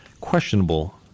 questionable